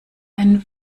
ein